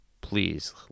please